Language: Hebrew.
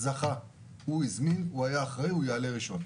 הוא הזמין, הוא היה אחראי, הוא יעלה ראשון.